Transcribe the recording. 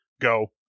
go